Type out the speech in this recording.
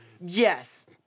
yes